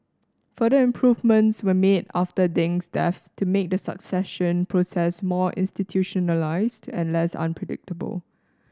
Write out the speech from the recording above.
further improvements were made after Deng's death to make the succession process more institutionalised and less unpredictable